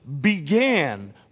began